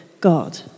God